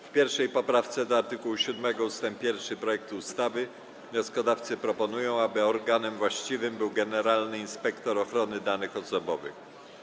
W 1. poprawce do art. 7 ust. 1 projektu ustawy wnioskodawcy proponują, aby organem właściwym był generalny inspektor ochrony danych osobowych.